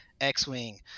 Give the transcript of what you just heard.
X-Wing